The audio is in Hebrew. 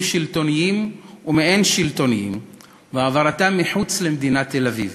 שלטוניים ומעין-שלטוניים והעברתם מחוץ למדינת תל-אביב?